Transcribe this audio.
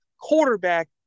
quarterback